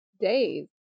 days